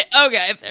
Okay